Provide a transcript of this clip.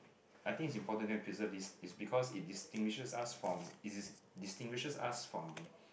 I think is important to go preserve this is because it distinguishes us from it distinguishes us from